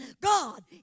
God